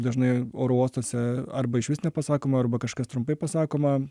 dažnai oro uostuose arba išvis nepasakoma arba kažkas trumpai pasakoma